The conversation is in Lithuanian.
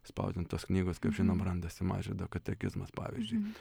spausdintos knygos kaip žinom randasi mažvydo katekizmas pavyzdžiui